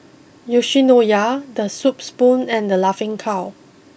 Yoshinoya the Soup Spoon and the Laughing Cow